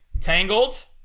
Tangled